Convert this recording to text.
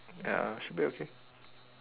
ya should be okay